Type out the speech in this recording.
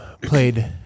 played